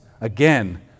Again